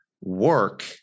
work